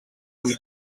amb